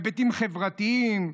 היבטים חברתיים,